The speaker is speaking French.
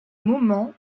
moment